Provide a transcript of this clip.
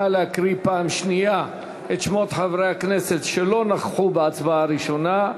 נא להקריא פעם שנייה את שמות חברי הכנסת שלא נכחו בהצבעה הראשונה.